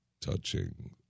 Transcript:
touching